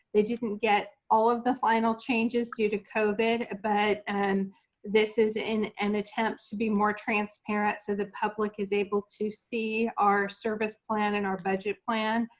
they didn't get all of the final changes due to covid, but, and this is in an attempt to be more transparent so the public is able to see our service plan and our budget plan.